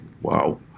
wow